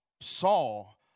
Saul